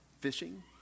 fishing